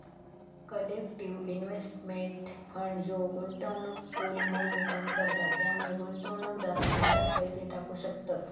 collective investment fund ह्यो गुंतवणूक pool म्हणून काम करता त्यामुळे गुंतवणूकदार फंडात पैसे टाकू शकतत